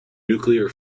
nuclear